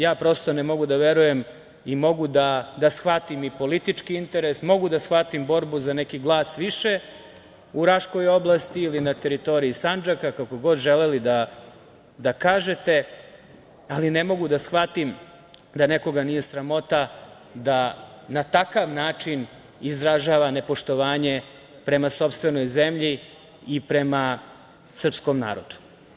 Ja prosto ne mogu da verujem i mogu da shvatim i politički interes, mogu da shvatim borbu za neki glas više u Raškoj oblasti ili na teritoriji Sandžaka, kako god želeli da kažete, ali e mogu da shvatim da nekoga nije sramota da na takav način izražava nepoštovanje prema sopstvenoj zemlji i prema srpskom narodu.